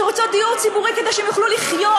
שרוצות דיור ציבורי כדי שהן יוכלו לחיות,